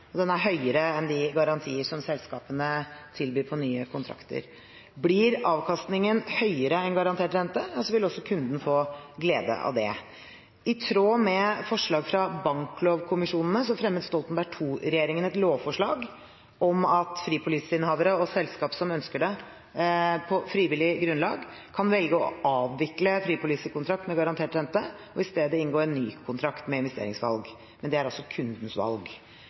den er høyere enn de garantier som selskapene tilbyr på nye kontrakter. Blir avkastningen høyere enn garantert rente, vil også kunden få glede av det. I tråd med forslag fra Banklovkommisjonen fremmet Stoltenberg II-regjeringen et lovforslag om at fripoliseinnehavere og selskap som ønsker det, på frivillig grunnlag kan velge å avvikle fripolisekontrakten med garantert rente og i stedet inngå en ny kontrakt med investeringsvalg. Men det er altså kundens valg.